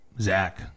Zach